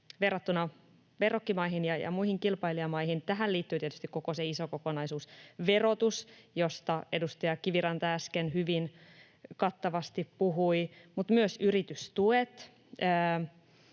verrattuna verrokkimaihin ja muihin kilpailijamaihin. Tähän liittyy tietysti koko se iso kokonaisuus, verotus, josta edustaja Kiviranta äsken hyvin kattavasti puhui, mutta myös yritystuet